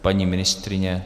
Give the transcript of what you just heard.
Paní ministryně?